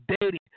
Dating